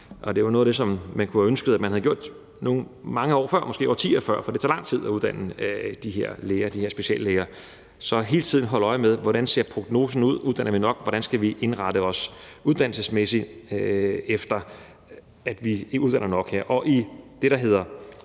Det er jo noget af det, vi kunne have ønsket at man havde gjort mange år før, måske årtier før, for det tager lang tid at uddanne de her speciallæger. Så man skal hele tiden holde øje med, hvordan prognosen ser ud: Uddanner vi nok? Hvordan skal vi indrette os uddannelsesmæssigt, så vi uddanner nok her? I det, der hedder